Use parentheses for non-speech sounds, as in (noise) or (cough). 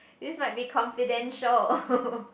this might be confidential (laughs)